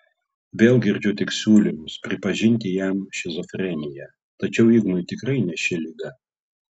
vėl girdžiu tik siūlymus pripažinti jam šizofreniją tačiau ignui tikrai ne ši liga